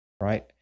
right